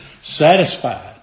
satisfied